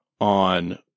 on